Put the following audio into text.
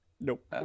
Nope